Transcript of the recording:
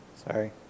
Sorry